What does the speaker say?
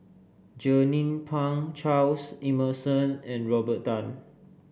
Jernnine Pang Charles Emmerson and Robert Tan